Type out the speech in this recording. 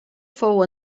fou